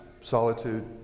solitude